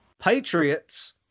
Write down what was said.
Patriots